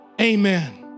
Amen